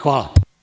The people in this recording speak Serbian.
Hvala.